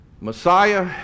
Messiah